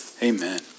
Amen